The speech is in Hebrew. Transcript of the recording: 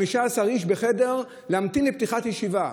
15 איש בחדר, לפתיחת ישיבה.